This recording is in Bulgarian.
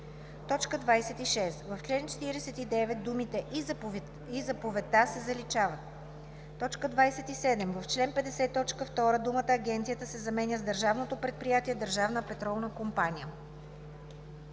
4“. 26. В чл. 49 думите „и заповедта“ се заличават. 27. В чл. 50, т. 2 думата „агенцията“ се заменя с „Държавното предприятие „Държавна петролна компания“.